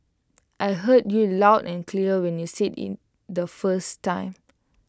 I heard you loud and clear when you said IT the first time